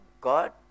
God